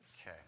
Okay